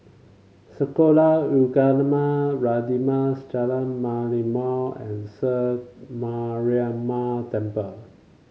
Sekolah Ugama Radin Mas Jalan Merlimau and Sri Mariamman Temple